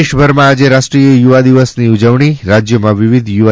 દેશભરમાં આજે રાષ્ટ્રીય યુવા દિવસની ઉજવણી રાજ્યમાં વિવિધ યુવા